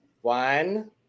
one